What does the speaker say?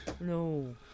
No